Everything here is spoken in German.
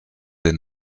den